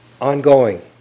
ongoing